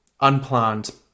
unplanned